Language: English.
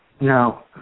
No